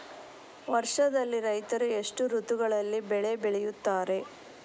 ವರ್ಷದಲ್ಲಿ ರೈತರು ಎಷ್ಟು ಋತುಗಳಲ್ಲಿ ಬೆಳೆ ಬೆಳೆಯುತ್ತಾರೆ?